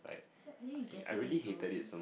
so at least you get it or you don't